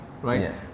Right